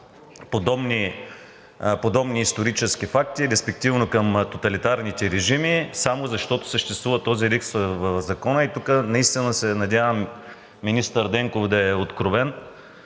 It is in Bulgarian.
подобни исторически факти, респективно към тоталитарните режими, само защото съществува този риск в Закона. Тук наистина се надявам, министър Денков да е откровен